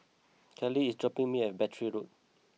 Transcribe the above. Kalie is dropping me at Battery Road